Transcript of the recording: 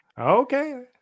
Okay